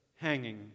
hanging